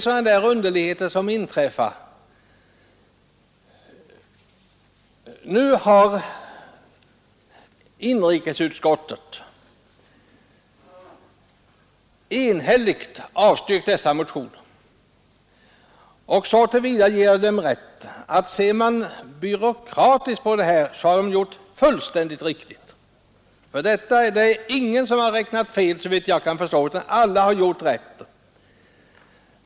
Sådana underligheter kan inträffa. Inrikesutskottet har enhälligt avstyrkt motionen. Så till vida ger jag utskottet rätt att man byråkratiskt sett har handlat fullständigt riktigt. Ingen har såvitt jag förstår räknat fel, utan alla har gjort rätt.